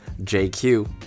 JQ